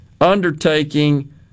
undertaking